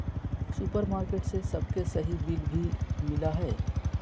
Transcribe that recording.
supermarket से सबके सही बिल भी मिला हइ